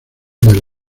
del